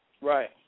Right